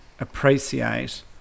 appreciate